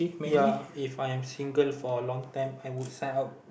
ya If I am single for a long time I would sign up